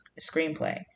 Screenplay